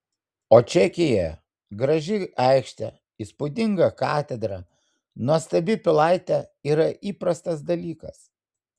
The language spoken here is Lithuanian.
o čekijoje graži aikštė įspūdinga katedra nuostabi pilaitė yra įprastas dalykas